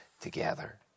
together